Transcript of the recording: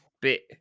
bit